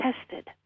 tested